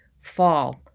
fall